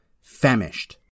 famished